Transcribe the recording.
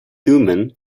thummim